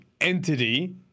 entity